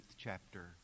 chapter